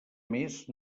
més